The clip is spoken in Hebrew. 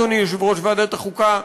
אדוני יושב-ראש ועדת החוקה,